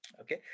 okay